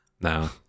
no